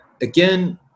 again